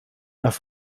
nach